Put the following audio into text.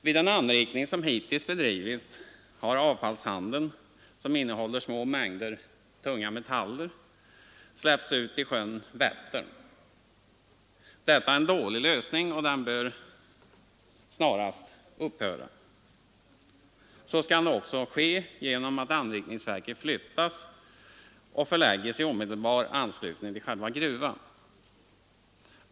Vid den anrikning som hitintills bedrivits har avfallssanden, som innehåller små mängder tunga metaller, släppts ut i sjön Vättern. Detta är en dålig lösning, som snarast bör upphöra. Så skall nu också ske genom att anrikningsverket flyttas och förläggs i omedelbar anslutning till själva gruvan.